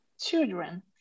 children